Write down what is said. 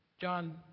John